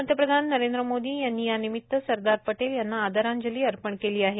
पंतप्रधान नरेंद्र मोदी यांनी या निमित सरदार पटेल यांना आदरांजली अर्पण केली आहे